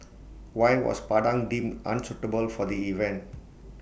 why was Padang deemed unsuitable for the event